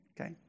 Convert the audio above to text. Okay